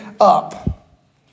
up